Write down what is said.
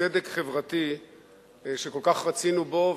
בצדק חברתי שכל כך רצינו בו,